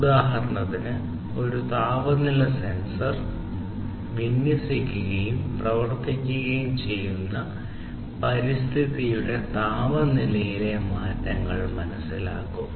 ഉദാഹരണത്തിന് ഒരു താപനില സെൻസർ സെൻസർ വിന്യസിക്കുകയും പ്രവർത്തിക്കുകയും ചെയ്യുന്ന പരിസ്ഥിതിയുടെ താപനിലയിലെ മാറ്റങ്ങൾ മനസ്സിലാക്കും